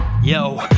Yo